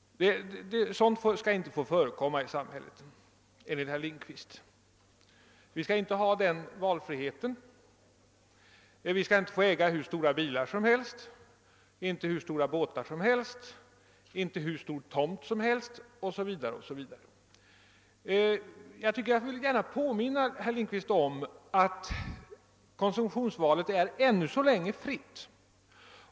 Sådant folk skall inte få förekomma, enligt herr Lindkvist. Vi skall inte ha den valfriheten, vi skall inte få äga hur stora bilar som helst, inte hur stora båtar som helst, inte hur stor tomt som helst 0: Si Ve Jag vill gärna påminna herr Lindkvist om att konsumtionsvalet här i landet ännu så länge är fritt.